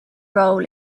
role